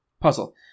Puzzle